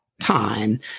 time